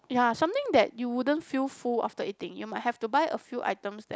ya something that you wouldn't feel full after eating you might have to buy a few items that